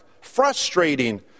frustrating